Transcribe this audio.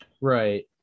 Right